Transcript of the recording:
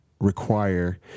require